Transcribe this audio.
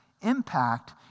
Impact